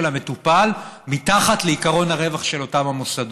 המטופל מתחת לעיקרון הרווח של אותם המוסדות,